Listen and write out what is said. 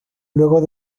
luego